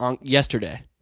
Yesterday